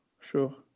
sure